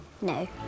No